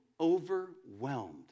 overwhelmed